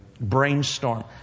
Brainstorm